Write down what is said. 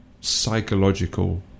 psychological